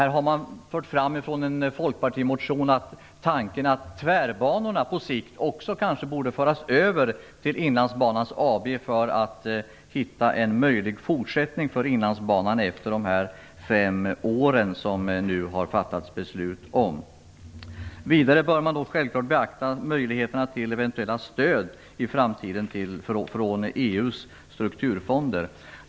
I en folkpartimotion förs det fram en tanke på att tvärbanorna på sikt också kanske borde föras över till Inlandsbanans AB för att hitta en möjlig fortsättning för Inlandsbanan efter de fem år som det nu har fattats beslut om. Vidare bör även beaktas möjligheterna till eventuella stöd i framtiden från EU:s strukturfonder.